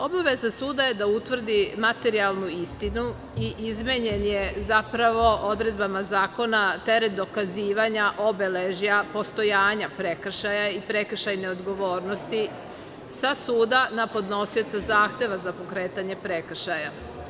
Obaveza suda je da utvrdi materijalnu istinu i izmenjen je zapravo odredbama zakona teret dokazivanja obeležja postojanja prekršaja i prekršajne odgovornosti sa suda na podnosioca zahteva za pokretanje prekršaja.